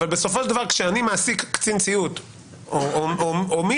אבל בסופו של דבר כשאני מעסיק קצין ציות או מישהו,